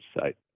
site